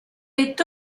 est